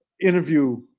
interview